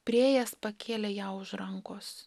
priėjęs pakėlė ją už rankos